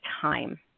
time